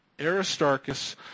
Aristarchus